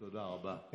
תודה רבה.